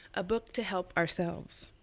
a book to help ourselves.